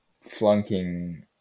flunking